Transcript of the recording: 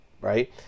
right